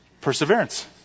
Perseverance